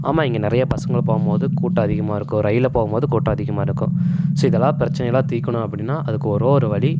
ஆமாம் இங்கே நிறையா பஸ்ஸுங்கள் போகும்மோது கூட்டம் அதிகமாக இருக்கும் ரயில்ல போகும்மோது கூட்டம் அதிகமாக இருக்கும் சி இதெலாம் பிரச்சனையலாம் தீர்க்கணும் அப்படினா அதுக்கு ஒரே ஒரு வழி